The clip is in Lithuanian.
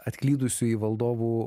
atklydusiu į valdovų